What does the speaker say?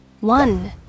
One